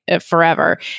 forever